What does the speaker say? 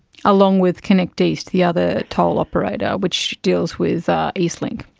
along with connecteast, the other toll operator, which deals with eastlink.